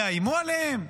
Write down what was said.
יאיימו עליהם,